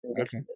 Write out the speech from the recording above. Okay